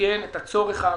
שתאפיין את הצורך האמיתי,